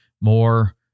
more